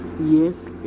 yes